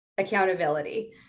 accountability